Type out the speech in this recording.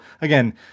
again